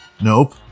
nope